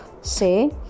say